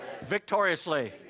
victoriously